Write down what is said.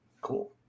Cool